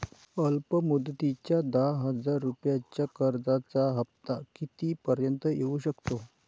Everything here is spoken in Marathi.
अल्प मुदतीच्या दहा हजार रुपयांच्या कर्जाचा हफ्ता किती पर्यंत येवू शकतो?